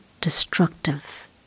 destructive